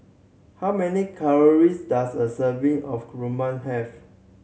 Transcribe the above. how many calories does a serving of rawon have